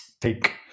take